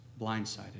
blindsided